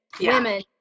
Women